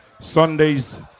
Sundays